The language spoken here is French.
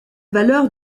valeur